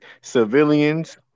civilians